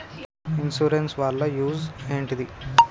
Insurance వాళ్ల use ఏంటిది?